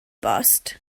bost